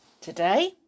today